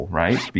right